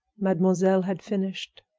mademoiselle had finished.